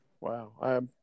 Wow